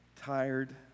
tired